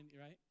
right